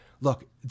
look